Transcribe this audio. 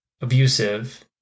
abusive